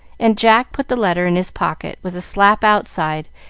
and jack put the letter in his pocket with a slap outside,